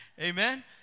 Amen